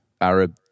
Arab